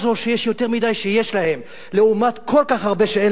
שיש יותר מדי שיש להם לעומת כל כך הרבה שאין להם,